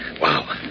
Wow